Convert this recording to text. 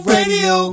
Radio